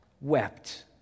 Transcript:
wept